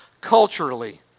culturally